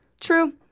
true